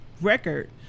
record